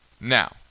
Now